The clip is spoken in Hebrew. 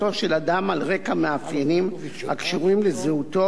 אדם על רקע מאפיינים הקשורים לזהותו,